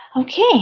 Okay